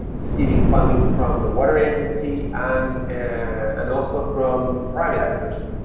ah receiving funding from the water agency and and also from private actors.